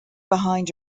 behind